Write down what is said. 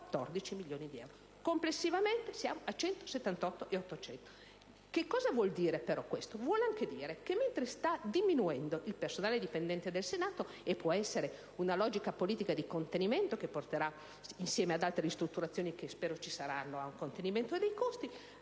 14 milioni di euro. Complessivamente, siamo a 178.800.000 euro. Questo vuole anche dire che, mentre sta diminuendo il personale dipendente del Senato, e può essere una logica politica di contenimento che porterà, insieme a tante ristrutturazioni che spero ci saranno, a un contenimento dei costi,